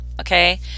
okay